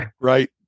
right